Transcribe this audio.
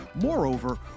Moreover